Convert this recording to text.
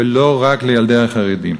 ולא רק לילדי החרדים.